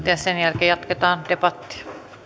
ja sen jälkeen jatketaan debattia